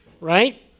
right